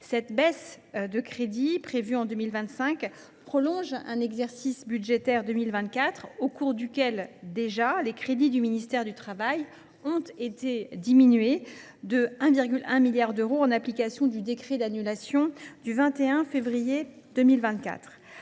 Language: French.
baisse des crédits. Cette diminution prolonge un exercice budgétaire 2024 au cours duquel, déjà, les crédits du ministère du travail ont été diminués de 1,1 milliard d’euros, en application du décret d’annulation du 21 février 2024.